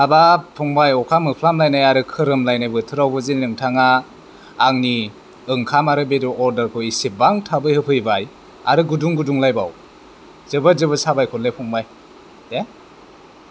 हाबाब फंबाय अखा मोफ्लामलायनाय आरो खोरोमलायनाय बोथोरावबो जे नोंथाङा आंनि ओंखाम आरो बेदर अर्डारखौ एसेबां थाबै होफैबाय आरो गुदुं गुदुंलायबाव जोबोद जोबोद साबायखरलै फंबाय दे